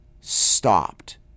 stopped